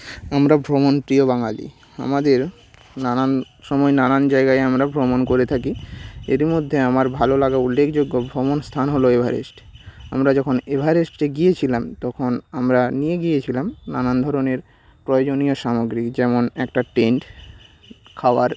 আমরা ভ্রমণপ্রিয় বাঙালি আমাদের নানান সময়ে নানান জায়গায় আমরা ভ্রমণ করে থাকি এরই মধ্যে আমার ভালো লাগা উল্লেখযোগ্য ভ্রমণ স্থান হল এভারেস্ট আমরা যখন এভারেস্টে গিয়েছিলাম তখন আমরা নিয়ে গিয়েছিলাম নানান ধরনের প্রয়োজনীয় সামগ্রী যেমন একটা টেন্ট খাওয়ার